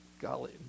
golly